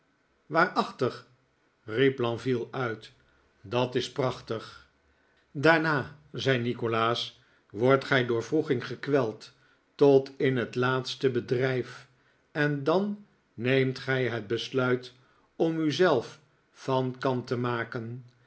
waarachtig riep lenville uit dat is prachtig daarna zei nikolaas wordt gij door wroeging gekweld tot in het laatste bedrijf en dan neemt gij het besluit om u zelf van kant te maken